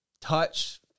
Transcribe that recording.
touch